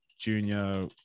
Junior